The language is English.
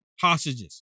hostages